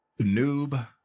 noob